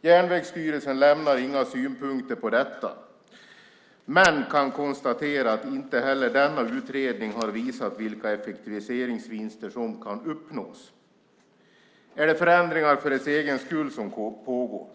Järnvägsstyrelsen lämnar därför inga synpunkter på detta, men kan konstatera att inte heller denna utredning har visat vilka effektiviseringsvinster som kan uppnås." Är det förändringar för deras egen skull som pågår?